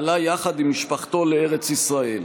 עלה יחד עם משפחתו לארץ ישראל.